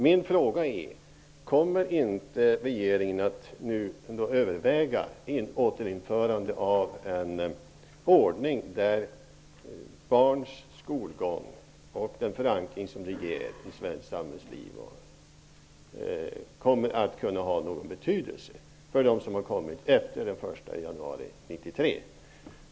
Min fråga är: Kommer inte regeringen att nu överväga återinförande av en ordning där barns skolgång och den förankring som den ger i svenskt samhällsliv kommer att ha betydelse för dem som har kommit efter den 1 januari 1993?